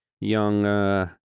Young